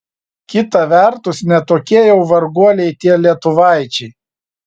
kita vertus ne tokie jau varguoliai tie lietuvaičiai